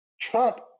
Trump